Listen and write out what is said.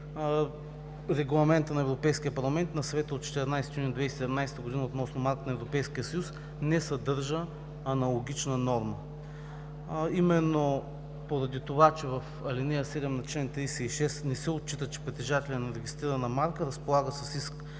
Регламентът на Европейския парламент на Съвета от 14 юни 2017 г. относно марката на Европейския съюз не съдържа аналогична норма. Именно поради това, че в ал. 7 на чл. 36 не се отчита, че притежателят на регистрирана марка разполага с иск